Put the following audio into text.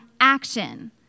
action